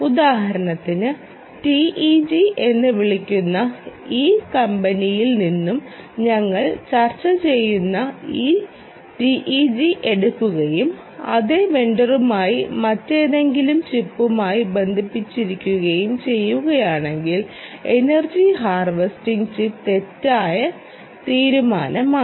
ഉദാഹരണത്തിന് ടിഇസി എന്ന് വിളിക്കുന്ന ഈ കമ്പനിയിൽ നിന്നും ഞങ്ങൾ ചർച്ച ചെയ്യുന്ന ഈ ടിഇജി എടുക്കുകയും അതേ വെണ്ടറുമായി മറ്റേതെങ്കിലും ചിപ്പുമായി ബന്ധിപ്പിക്കുകയും ചെയ്യുകയാണെങ്കിൽ എനർജി ഹാർവെസ്റ്റിംഗ് ചിപ്പ് തെറ്റായ തീരുമാനമാണ്